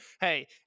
Hey